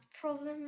problem